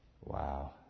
Wow